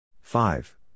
Five